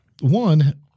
one